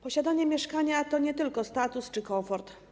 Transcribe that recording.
Posiadanie mieszkania to nie tylko status czy komfort.